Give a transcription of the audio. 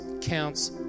counts